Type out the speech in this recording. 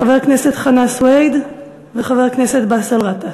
חבר הכנסת חנא סוייד וחבר הכנסת באסל גטאס.